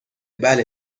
بله